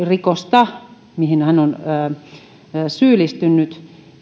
rikosta mihin hän on syyllistynyt